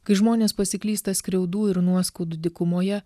kai žmonės pasiklysta skriaudų ir nuoskaudų dykumoje